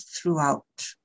throughout